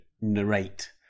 narrate